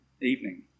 evening